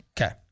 Okay